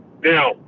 Now